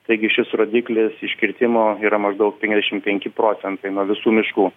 taigi šis rodyklis iškirtimo yra maždaug penkiasdešim penki procentai nuo visų miškų